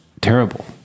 terrible